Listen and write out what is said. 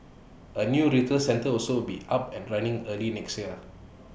A new retail centre will also be up and running early next year